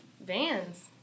vans